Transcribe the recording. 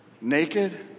Naked